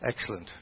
Excellent